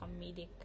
comedic